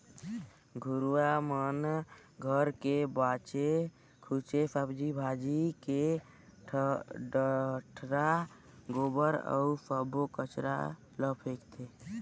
घुरूवा म घर के बाचे खुचे सब्जी भाजी के डठरा, गोबर अउ सब्बो कचरा ल फेकथें